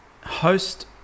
host